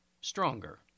stronger